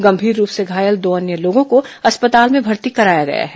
गंभीर रूप से घायल दो अन्य लोगों को अस्पताल में भर्ती कराया गया है